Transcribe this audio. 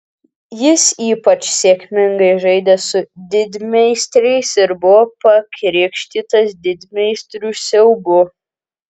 jis ypač sėkmingai žaidė su didmeistriais ir buvo pakrikštytas didmeistrių siaubu